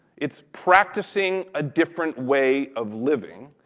it's practicing a different way of living,